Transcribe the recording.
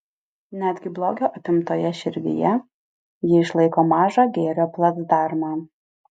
netgi blogio apimtoje širdyje ji išlaiko mažą gėrio placdarmą